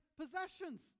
possessions